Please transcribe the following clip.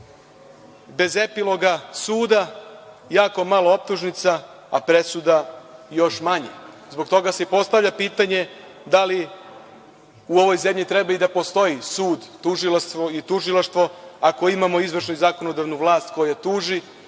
bez epiloga suda, jako malo optužnica, a presuda još manje. Zbog toga se i postavlja pitanje – da li u ovoj zemlji treba i da postoji sud, tužilaštvo ako imamo izvršnu i zakonodavnu vlast koja tuži,